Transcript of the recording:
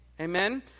Amen